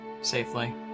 safely